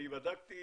אני בדקתי